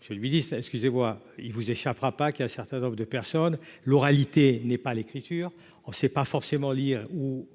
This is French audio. je lui dis ça, excusez-moi, il vous échappera pas : qu'y a un certain nombre de personnes l'oralité n'est pas l'écriture, on sait pas forcément lire ou